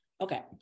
Okay